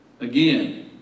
again